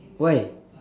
why